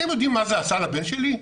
אתם יודעים מה זה עשה לבן שלי?